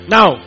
Now